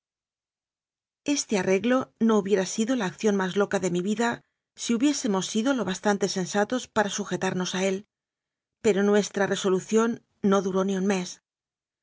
este arreglo no hubiera sido la acción más loca de mi vida si hubiésemos sido lo bastante sensa tos para sujetamos a él pero nuestra resolución no duró ni un mes